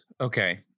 Okay